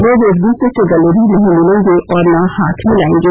लोग एक दूसरे से गले भी नहीं मिलेंगे और हाथ न ही मिलाएंगे